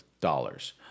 dollars